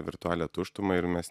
virtualią tuštumą ir mes